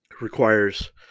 requires